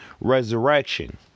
resurrection